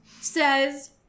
says